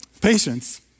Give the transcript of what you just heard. Patience